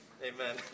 Amen